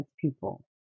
people